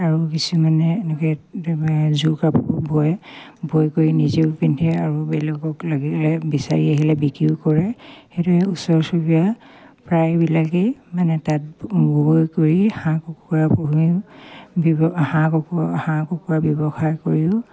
আৰু কিছুমানে এনেকে যোৰ কাপোৰ বয় বৈ কৰি নিজেও পিন্ধে আৰু বেলেগক লাগিলে বিচাৰি আহিলে বিক্ৰীও কৰে সেইটোৱে ওচৰ চুবুৰীয়া প্ৰায়বিলাকেই মানে তাত গৈ কৰি হাঁহ কুকুৰা পুহিও হাঁহ কুকুৰা হাঁহ কুকুৰা ব্যৱসায় কৰিও